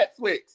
Netflix